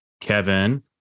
kevin